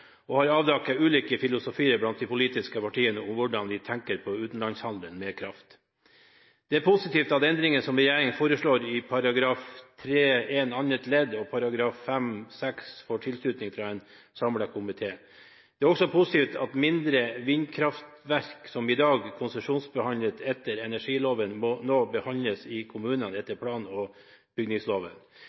og har avdekket ulike filosofier blant de politiske partiene om hvordan vi tenker på utenlandshandelen med kraft. Det er positivt at endringen som regjeringen foreslår i § 3-1 annet ledd og § 5-6, får tilslutning fra en samlet komité. Det er også positivt at mindre vindkraftverk, som i dag konsesjonsbehandles etter energiloven, nå må behandles i kommunene etter plan- og bygningsloven.